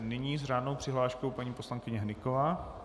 Nyní s řádnou přihláškou paní poslankyně Hnyková.